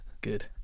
Good